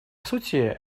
сути